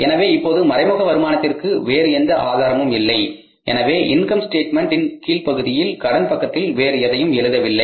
எனவே இப்போது மறைமுக வருமானத்திற்கு வேறு எந்த ஆதாரமும் இல்லை எனவே இன்கம் ஸ்டேட்மெண்ட்ன் கீழ் பகுதியின் கடன் பக்கத்தில் வேறு எதையும் எழுதவில்லை